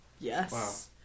Yes